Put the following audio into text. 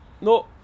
No